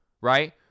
right